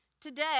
Today